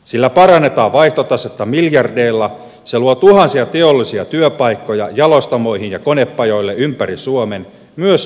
sillä parannetaan vaihtotasetta miljardeilla se luo tuhansia teollisia työpaikkoja jalostamoihin ja konepajoille ympäri suomen myös vientiprojektien muodossa